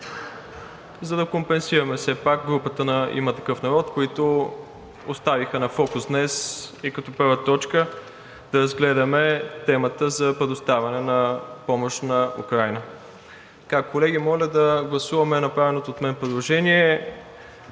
и да компенсираме все пак групата на „Има такъв народ“, които поставиха на фокус днес, и като първа точка да разгледаме темата за предоставяне на помощ на Украйна. Предлагам да гласуваме направеното от мен предложение